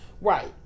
Right